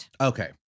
Okay